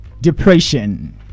Depression